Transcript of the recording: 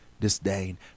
disdain